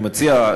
אני מציע,